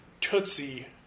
Tootsie